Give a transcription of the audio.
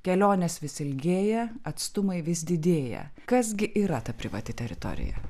kelionės vis ilgėja atstumai vis didėja kas gi yra ta privati teritorija